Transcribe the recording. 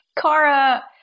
Kara